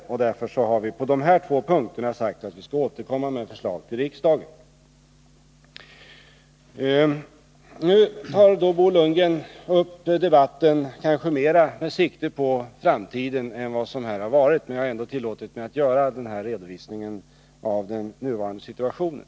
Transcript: Därför har vi på dessa två punkter sagt att vi skall återkomma med förslag till riksdagen. Bo Lundgren tar kanske upp debatten mer med sikte på framtiden än vad som hittills har förekommit, men jag har ändå tillåtit mig att lämna denna redovisning av den nuvarande situationen.